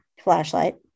flashlight